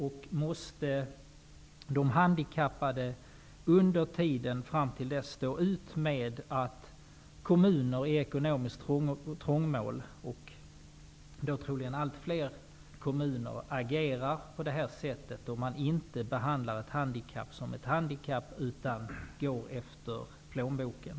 Och måste de handikappade fram till dess stå ut med att kommuner i ekonomiskt trångmål, och dessa kommuner blir troligen allt fler, agerar på det här sättet -- dvs. ett handikapp behandlas inte som ett handikapp, utan man rättar sig efter plånboken.